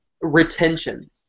retention